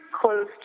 close